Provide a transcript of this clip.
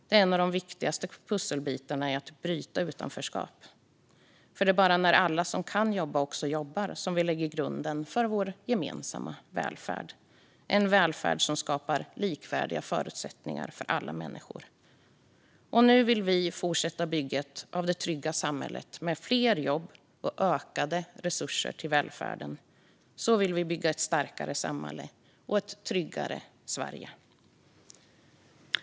Det är en av de viktigaste pusselbitarna i att bryta utanförskap, för det är bara när alla som kan jobba också jobbar som vi lägger grunden för vår gemensamma välfärd - en välfärd som skapar likvärdiga förutsättningar för alla människor. Nu vill vi fortsätta bygget av det trygga samhället med fler i jobb och ökade resurser till välfärden. Så vill vi bygga ett starkare samhälle och ett tryggare Sverige.